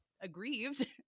aggrieved